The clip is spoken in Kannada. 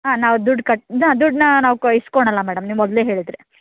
ಹಾಂ ನಾವು ದುಡ್ಡು ಕಟ್ ದುಡ್ಡನ್ನ ನಾವು ಇಸ್ಕೊಳಲ್ಲ ಮೇಡಮ್ ನೀವು ಮೊದಲೇ ಹೇಳಿದರೆ